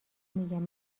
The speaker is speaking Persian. میگم